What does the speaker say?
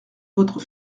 votre